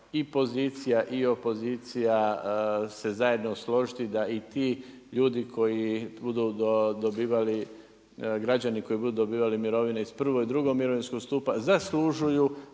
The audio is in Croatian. i pozicija i opozicija se zajedno složiti da i ti ljudi koji budu dobivali građani koji budu dobivali mirovine iz prvog i drugog stupa zaslužuju